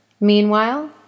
Meanwhile